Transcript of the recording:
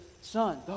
son